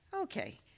okay